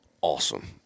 Awesome